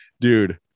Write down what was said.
dude